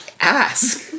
ask